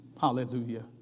Hallelujah